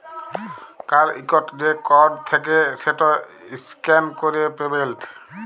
কাল ইকট যে কড থ্যাকে সেট ইসক্যান ক্যরে পেমেল্ট